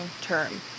term